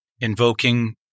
invoking